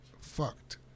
fucked